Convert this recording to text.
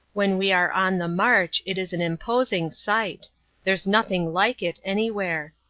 when we are on the march, it is an imposing sight there's nothing like it anywhere.